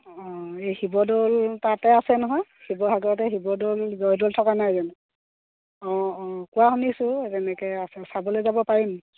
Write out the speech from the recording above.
অঁ এই শিৱদৌল তাতে আছে নহয় শিৱসাগৰতে শিৱদৌল জয়দৌল থকা নাই জানো অঁ অঁ কোৱা শুনিছোঁ যেনেকৈ আছে চাবলৈ যাব পাৰিম